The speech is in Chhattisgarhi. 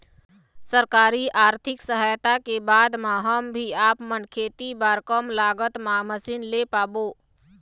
सरकारी आरथिक सहायता के बाद मा हम भी आपमन खेती बार कम लागत मा मशीन ले पाबो?